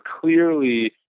clearly